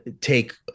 take